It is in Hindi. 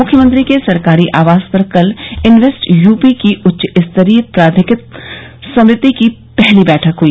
मुख्यमंत्री के सरकारी आवास पर कल इन्वेस्ट यू पी की उच्च स्तरीय प्राधिकृत समिति की पहली बैठक हई